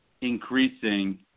increasing